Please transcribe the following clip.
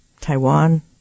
Taiwan